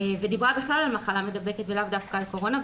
ודיברה בכלל על מחלה מדבקת ולאו דווקא על קורונה,